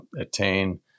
attain